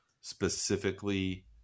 specifically